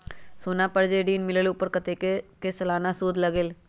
सोना पर जे ऋन मिलेलु ओपर कतेक के सालाना सुद लगेल?